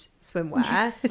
swimwear